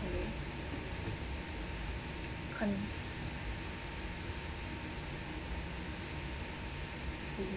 can